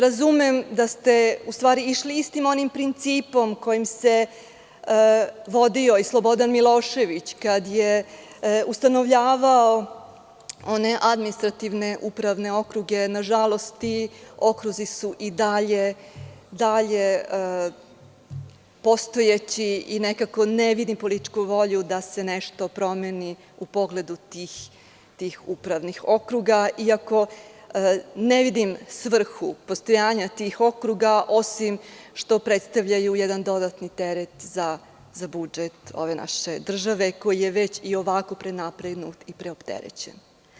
Razumem da ste išli istim onim principom kojim se vodio i Slobodan Milošević, kada je ustanovljavao one administrativne upravne okruge, nažalost ti okruzi su i dalje postojeći i nekako ne vidim političku volju da se nešto promeni u pogledu tih upravnih okruga iako ne vidim svrhu postojanja tih okruga osim što predstavljaju jedan dodatni teret za budžet ove naše države, koji je već i ovako prenapregnut i preopterećen.